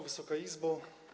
Wysoka Izbo!